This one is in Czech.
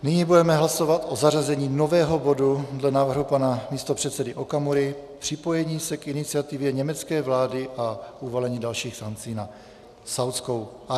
Nyní budeme hlasovat o zařazení nového bodu dle návrhu pana místopředsedy Okamury připojení se k iniciativě německé vlády a uvalení dalších sankci na Saúdskou Arábii.